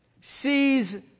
sees